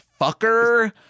fucker